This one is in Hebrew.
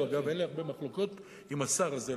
אין לי הרבה מחלוקות עם השר הזה,